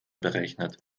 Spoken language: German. berechnet